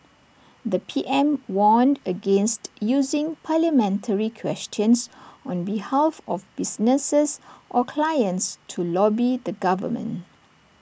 the P M warned against using parliamentary questions on behalf of businesses or clients to lobby the government